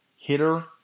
hitter